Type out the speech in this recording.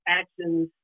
actions